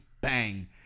bang